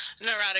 Neurotic